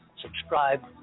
subscribe